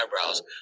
eyebrows